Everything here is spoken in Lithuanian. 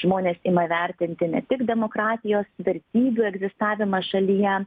žmonės ima vertinti ne tik demokratijos vertybių egzistavimą šalyje